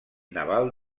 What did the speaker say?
naval